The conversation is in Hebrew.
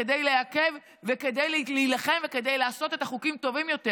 כדי לעכב וכדי להילחם וכדי לעשות את החוקים טובים יותר.